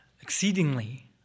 exceedingly